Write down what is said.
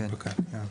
כן.